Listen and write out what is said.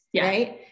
right